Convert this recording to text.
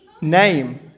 Name